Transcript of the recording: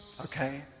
Okay